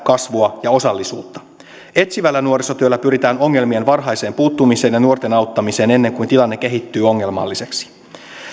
kasvua ja osallisuutta etsivällä nuorisotyöllä pyritään varhaiseen ongelmiin puuttumiseen ja nuorten auttamiseen ennen kuin tilanne kehittyy ongelmalliseksi